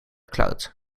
cloud